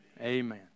Amen